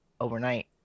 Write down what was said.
overnight